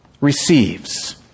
receives